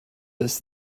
this